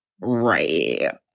Right